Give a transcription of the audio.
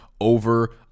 Over